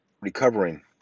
recovering